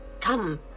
Come